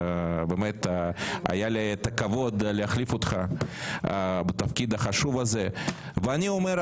באמת היה לי את הכבוד להחליף אותך בתפקיד החשוב הזה ואני אומר,